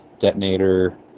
Detonator